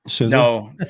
No